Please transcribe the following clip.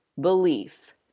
belief